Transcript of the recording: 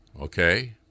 okay